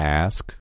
ask